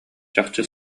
чахчы